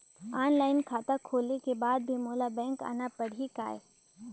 Online खाता खोले के बाद भी मोला बैंक आना पड़ही काय?